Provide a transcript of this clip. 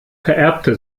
vererbte